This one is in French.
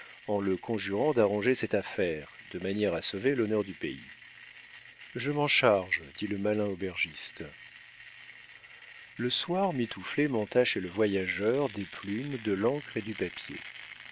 en le conjurant d'arranger cette affaire de manière à sauver l'honneur du pays je m'en charge dit le malin aubergiste le soir mitouflet monta chez le voyageur des plumes de l'encre et du papier